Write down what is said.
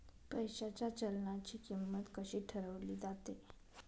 पैशाच्या चलनाची किंमत कशी ठरवली जाते